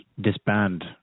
disband